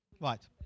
Right